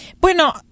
Bueno